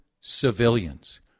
civilians